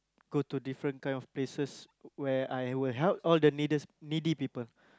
go to different kind of places where I will help all the needest needy people